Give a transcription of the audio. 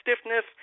stiffness